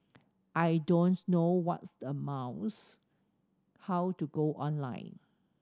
I don't know what's a mouse how to go online